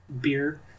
Beer